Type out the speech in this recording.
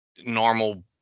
normal